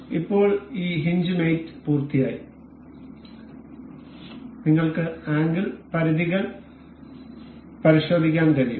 അതിനാൽ ഇപ്പോൾ ഈ ഹിഞ്ച് മേറ്റ് പൂർത്തിയായി നിങ്ങൾക്ക് ആംഗിൾ പരിധികൾ പരിശോധിക്കാൻ കഴിയും